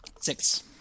Six